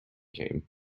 came